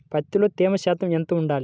పత్తిలో తేమ శాతం ఎంత ఉండాలి?